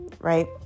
right